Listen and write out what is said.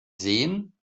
sehen